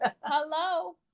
hello